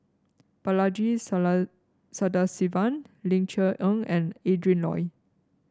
Balaji Sadasivan Ling Cher Eng and Adrin Loi